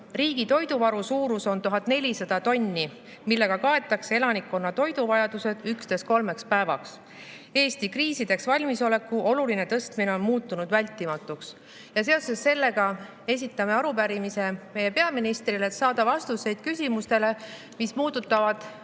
Riigi toiduvaru suurus on 1400 tonni, millega kaetakse elanikkonna toiduvajadus üksnes kolmeks päevaks. Eesti kriisideks valmisoleku oluline tõstmine on muutunud vältimatuks ja seoses sellega esitame arupärimise meie peaministrile, et saada vastuseid küsimustele, mis puudutavad